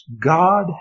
God